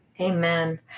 Amen